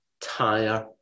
tire